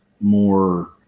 more